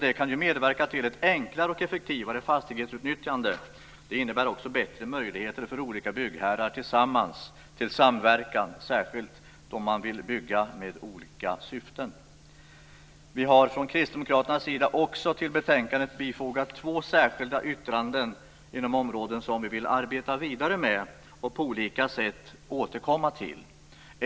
Det kan ju medverka till ett enklare och effektivare fastighetsutnyttjande. Det innebär också bättre möjligheter till samverkan för olika byggherrar, särskilt då man vill bygga med olika syften. Vi har från Kristdemokraternas sida också till betänkandet fogat två särskilda yttranden inom områden som vi vill arbeta vidare med och på olika sätt återkomma till.